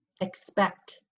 expect